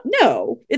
no